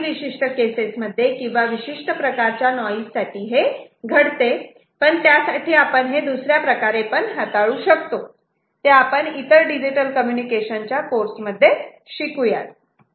काही विशिष्ट केसेसमध्ये किंवा विशिष्ट प्रकारच्या नॉइज साठी हे घडते पण त्यासाठी आपण हे दुसर्या प्रकारे हाताळू शकतो ते आपण इतर डिजिटल कम्युनिकेशन कोर्स मध्ये शिकू शकतो